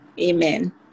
amen